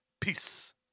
Peace